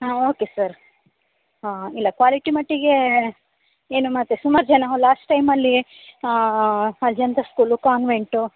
ಹಾಂ okay sir ಹಾಂ ಇಲ್ಲ ಕ್ವಾಲಿಟಿ ಮಟ್ಟಿಗೆ ಏನು ಮತ್ತೆ ಸುಮಾರು ಜನ ಲಾಸ್ಟ್ ಟೈಮಲ್ಲಿ ಅಜಂತಾ ಸ್ಕೂಲು ಕಾನ್ವೆಂಟು